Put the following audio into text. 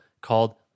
called